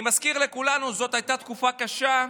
אני מזכיר לכולנו: זאת הייתה תקופה קשה,